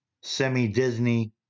semi-Disney